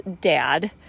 dad